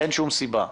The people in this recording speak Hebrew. אין שום סיבה לעיכוב.